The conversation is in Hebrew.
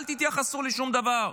אל תתייחסו לשום דבר,